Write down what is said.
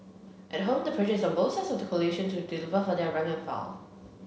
at home the pressure is on both sides of the coalition to deliver for their rank and file